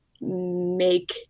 make